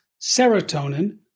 serotonin